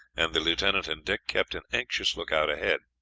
and the lieutenant and dick kept an anxious lookout ahead.